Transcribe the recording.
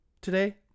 today